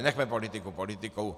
Nechme politiku politikou.